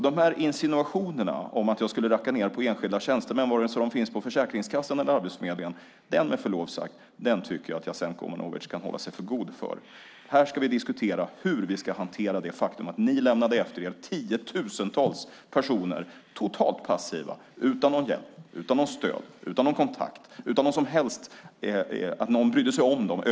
De här insinuationerna om att jag skulle racka ned på enskilda tjänstemän, vare sig de finns på Försäkringskassan eller Arbetsförmedlingen, tycker jag med förlov sagt att Jasenko Omanovic kan hålla sig för god för. Här ska vi diskutera hur vi ska hantera det faktum att ni lämnade efter er tiotusentals personer, totalt passiva, utan någon hjälp, utan något stöd, utan någon kontakt och utan att någon över huvud taget brydde sig om dem.